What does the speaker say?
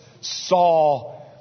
saw